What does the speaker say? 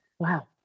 Wow